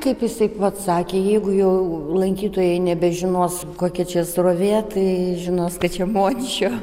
kaip jisai pats sakė jeigu jau lankytojai nebežinos kokia čia srovė tai žinos kad čia mončio